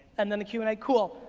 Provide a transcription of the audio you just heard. and then the q and a, cool.